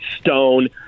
stone